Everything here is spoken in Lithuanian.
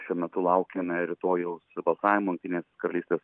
šiuo metu laukiame rytojaus balsavimo jungtinės karalystės